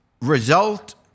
result